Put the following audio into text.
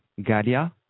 Galia